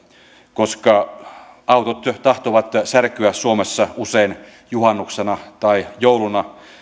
koska autot tahtovat särkyä suomessa usein juhannuksena tai jouluna